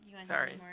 Sorry